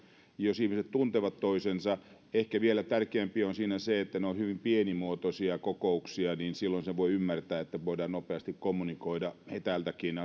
ihmiset tuntevat toisensa ehkä vielä tärkeämpää siinä on se että jos ne ovat hyvin pienimuotoisia kokouksia silloin sen voi ymmärtää voidaan nopeasti kommunikoida etäältäkin